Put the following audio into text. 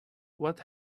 what